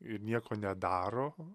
ir nieko nedaro